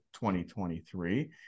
2023